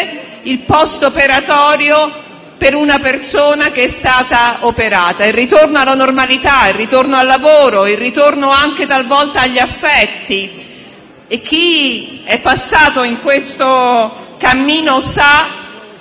(il post operatorio) per una persona che è stata operata. Il ritorno alla normalità, il ritorno al lavoro, il ritorno anche talvolta agli affetti; chi è passato attraverso questo cammino sa